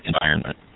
environment